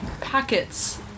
packets